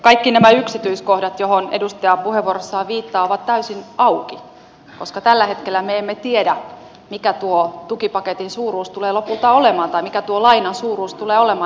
kaikki nämä yksityiskohdat joihin edustaja puheenvuorossaan viittaa ovat täysin auki koska tällä hetkellä me emme tiedä mikä tuo tukipaketin suuruus tulee lopulta olemaan tai mikä tuo lainan suuruus tulee olemaan